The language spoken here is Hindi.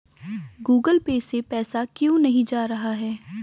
गूगल पे से पैसा क्यों नहीं जा रहा है?